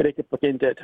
reikia pakentėti